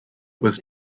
was